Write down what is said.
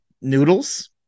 Noodles